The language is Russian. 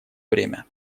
время